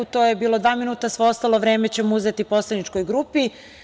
To je bilo dva minuta, ostalo vreme ćemo uzeti poslaničkoj grupi.